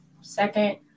second